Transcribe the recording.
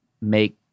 make